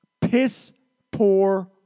Piss-poor